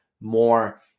more